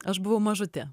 aš buvau mažutė